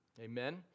Amen